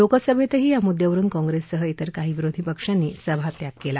लोकसभेतही या म्द्यावरुन काँग्रेससह इतर काही विरोधी पक्षांनी सभात्याग केला